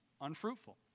unfruitful